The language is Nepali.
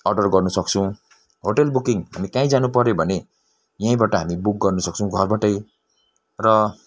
अर्डर गर्नुसक्छौँ होटेल बुकिङ हामी कहीँ जानुपऱ्यो भने यहीँबाट हामी बुक गर्नुसक्छौँ घरबाटै र